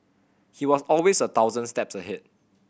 he was always a thousand steps ahead